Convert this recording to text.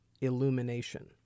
illumination